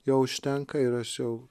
jau užtenka ir aš jau